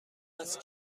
است